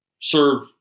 serve